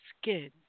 skin